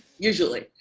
usually.